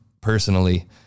personally